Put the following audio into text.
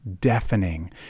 deafening